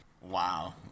Wow